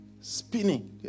Spinning